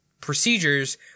procedures